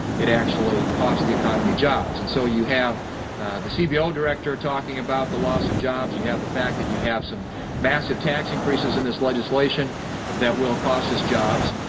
it actually costs the economy jobs. and so you have the c b o. director talking about the loss of jobs. you have the fact that you have some massive tax increases in this legislation that will cost us jobs.